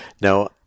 Now